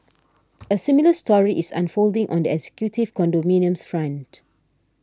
a similar story is unfolding on the executive condominiums front